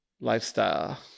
Lifestyle